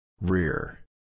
Rear